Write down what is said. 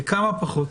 בכמה פחות?